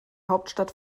hauptstadt